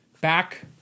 back